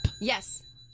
Yes